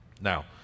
Now